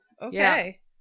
okay